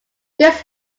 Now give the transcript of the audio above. this